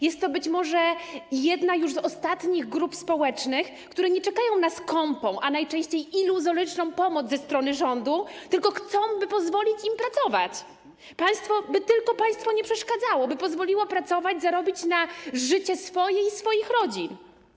Jest to być może już jedna z ostatnich grup społecznych, które nie czekają na skąpą, a najczęściej iluzoryczną pomoc ze strony rządu, tylko chcą, by pozwolić im pracować, by tylko państwo nie przeszkadzało, by pozwoliło pracować, zarobić na życie swoje i swoich rodzin.